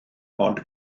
ond